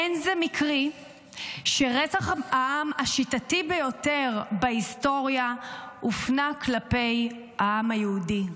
אין זה מקרי שרצח העם השיטתי ביותר בהיסטוריה הופנה כלפי העם היהודי,